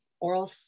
oral